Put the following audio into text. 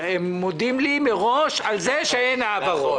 הם מודים לי מראש על זה שאין העברות.